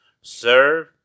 serve